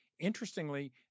Interestingly